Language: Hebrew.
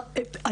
בעצם,